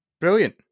brilliant